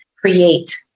create